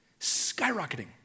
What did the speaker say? Skyrocketing